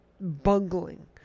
bungling